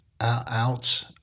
out